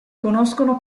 conoscono